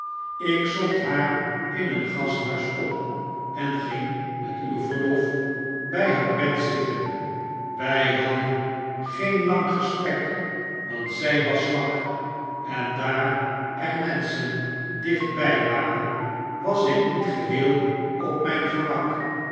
ik zocht haar in een gasthuis op en ging met uw verlof bij haar bed zitten wij hadden geen lang gesprek want zij was zwak en daar r menschen dichtbij waren was ik met geheel op mijn gemak